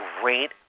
great